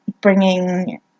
bringing